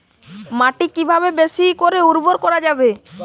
মাটি কিভাবে বেশী করে উর্বর করা যাবে?